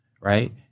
right